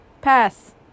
Pass